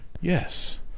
yes